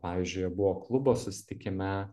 pavyzdžiui jie buvo klubo susitikime